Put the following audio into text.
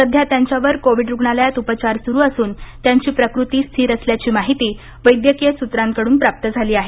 सध्या त्यांच्यावर कोविड रुग्णालयात उपचार सुरु असुन त्यांची प्रकृती स्थिर असल्याची माहिती वैद्यकीय सुत्रांकडून प्राप्त झाली आहे